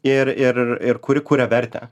ir ir ir kuri kuria vertę